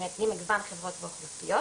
ממגוון חברות ואוכלוסיות.